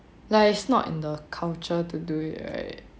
like it's not in the culture to do it right